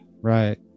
right